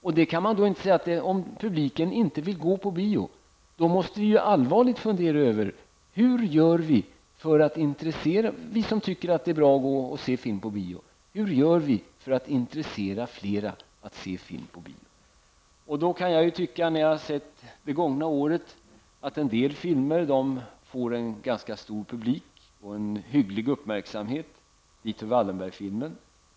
Om publiken inte vill gå på bio måste vi som tycker att det är bra att se film på bio allvarligt fundera över hur vi skall göra för att intressera fler att se film på bio. Det gångna året har en del filmer fått en ganska stor publik och en hygglig uppmärksamhet. Dit hör Wallenbergfilmen.